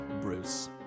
Bruce